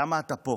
למה אתה פה?